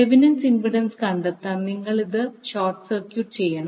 Thevenin's Thevinin's impedance കണ്ടെത്താൻ നിങ്ങൾ ഇത് ഷോർട്ട് സർക്യൂട്ട് ചെയ്യണം